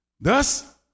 Thus